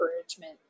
encouragement